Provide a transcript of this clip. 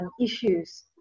issues